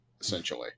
essentially